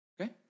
okay